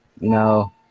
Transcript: no